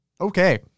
Okay